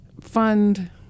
fund